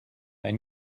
ein